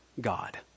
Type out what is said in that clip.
God